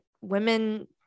women